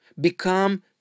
become